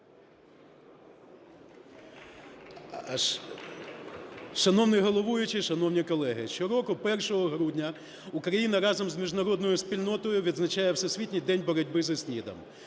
Шановний головуючий, шановні колеги, щороку 1 грудня Україна разом з міжнародною спільнотою відзначає Всесвітній день боротьби зі СНІДом.